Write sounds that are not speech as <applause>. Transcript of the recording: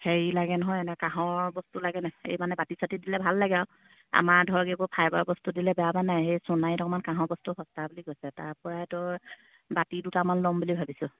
হেৰি লাগে নহয় এনে কাঁহৰ বস্তু লাগে নাই মানে বাতি চাতিত দিলে ভাল লাগে আৰু আমাৰ ধৰক এইবোৰ ফাইবাৰ বস্তু দিলে বেয়া <unintelligible> সোণাৰীত অকমান কাঁহৰ বস্তু সস্তা বুলি কৈছে তাৰ পৰাই তোৰ বাতি দুটামান ল'ম বুলি ভাবিছোঁ